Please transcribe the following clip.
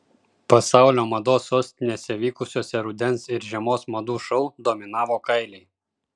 pasaulio mados sostinėse vykusiuose rudens ir žiemos madų šou dominavo kailiai